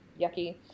yucky